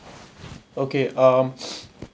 okay um